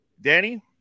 Danny